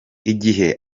igihe